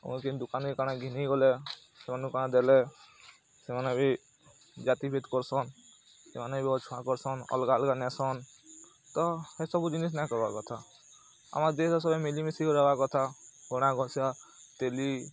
ଅମର୍ କେନ୍ ଦୁକାନ୍ କି କେନେ କାଣା ଘେନି ଗଲେ ସେମାନ୍କୁ କାଣା ଦେଲେ ସେମାନେ ବି ଜାତି ଭେଦ୍ କର୍ସନ୍ ସେମାନେ ବି ଅଛୁଆଁ କର୍ସନ୍ ଅଲ୍ଗା ଅଲ୍ଗା ନେସନ୍ ତ ହେ ସବୁ ଜିନିଷ୍ ନାଇଁ କର୍ବାର୍ କଥା ଆମର୍ ଦେଶ୍ରେ ସଭେ ମିଲିମିଶି କରି ରହେବାର୍ କଥା ଗଣା ଘଷିଆଁ ତେଲି